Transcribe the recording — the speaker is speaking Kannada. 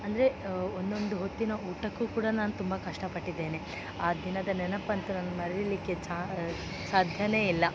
ಅಂದರೆ ಒಂದೊಂದು ಹೊತ್ತಿನ ಊಟಕ್ಕೂ ಕೂಡ ನಾನು ತುಂಬ ಕಷ್ಟಪಟ್ಟಿದ್ದೇನೆ ಆ ದಿನದ ನೆನಪಂತು ನನ್ಗೆ ಮರಿಲಿಕ್ಕೆ ಸಾ ಸಾಧ್ಯವೇ ಇಲ್ಲ